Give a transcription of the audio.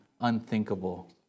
unthinkable